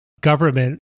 government